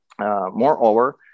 Moreover